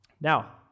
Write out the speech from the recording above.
Now